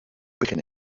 begin